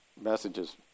messages